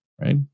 right